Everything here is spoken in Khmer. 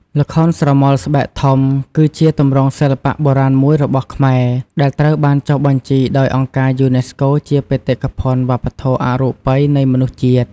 ល្ខោនស្រមោលស្បែកធំ គឺជាទម្រង់សិល្បៈបុរាណមួយរបស់ខ្មែរ ដែលត្រូវបានចុះបញ្ជីដោយអង្គការយូណេស្កូជាបេតិកភណ្ឌវប្បធម៌អរូបីនៃមនុស្សជាតិ។